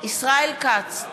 ישראל כץ,